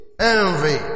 envy